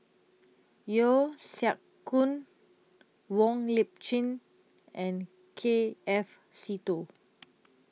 Yeo Siak Goon Wong Lip Chin and K F Seetoh